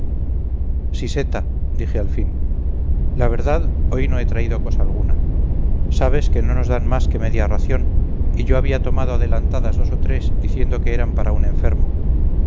nada siseta dije al fin la verdad hoy no he traído cosa alguna sabes que no nos dan más que media ración y yo había tomado adelantadas dos o tres diciendo que eran para un enfermo